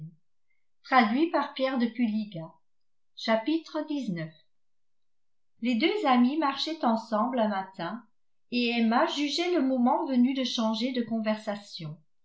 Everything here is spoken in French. les deux amies marchaient ensemble un matin et emma jugeait le moment venu de changer de conversation